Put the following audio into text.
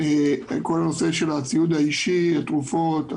הוא הציוד האישי, התרופות,